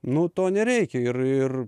nu to nereikia ir ir